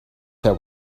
there